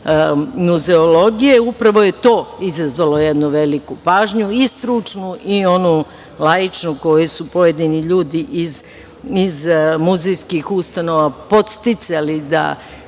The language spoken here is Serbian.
muzeologije, upravo je to izazvalo jednu veliku pažnju i stručnu i oni ličinu koju su pojedini ljudi iz muzejskih ustanova podsticali da